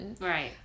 Right